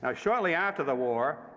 ah shortly after the war,